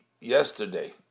yesterday